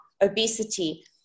obesity